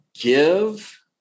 give